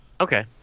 Okay